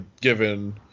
given